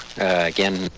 again